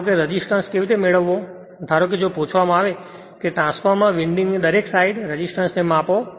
ધારો કે રેસિસ્ટન્સ કેવી રીતે મેળવવો ધારો કે જો પૂછવામાં આવે કે ટ્રાન્સફોર્મર વિન્ડિંગની દરેક સાઇડ રેસિસ્ટન્સ ને માપો